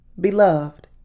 Beloved